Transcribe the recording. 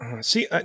See